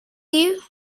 you